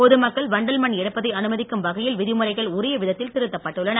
பொதுமக்கள் வண்டல் மண் எடுப்பதை அனுமதிக்கும் வகையில் விதிமுறைகள் உரிய விதத்தில் திருத்தப்பட்டுள்ளன